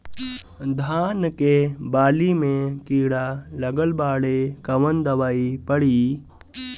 धान के बाली में कीड़ा लगल बाड़े कवन दवाई पड़ी?